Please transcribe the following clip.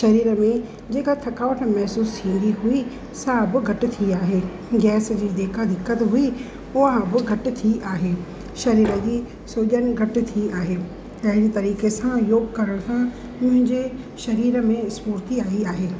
शरीर में जेका थकावट महिसूसु थींदी हुई सा बि घटि थी आहे गैस जी जेका दिक़त हुई उहा बि घटि थी आहे शरीर जी सूजनि घटि थी आहे अहिड़े तरीक़े सां मुंहिंजे शरीर में स्फूर्ति आई आहे